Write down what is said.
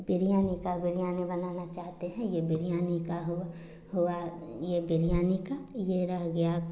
बिरयानी का बिरयानी बनाना चाहते हैं यह बिरयानी का हुआ हुआ यह बिरयानी का यह रह गया